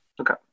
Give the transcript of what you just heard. Okay